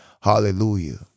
Hallelujah